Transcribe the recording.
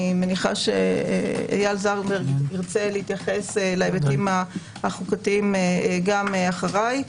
אני מניחה שאיל זנדברג ירצה להתייחס להיבטים החוקתיים גם אחריי.